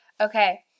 Okay